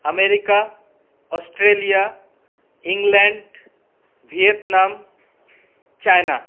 America Australia England Vietnam China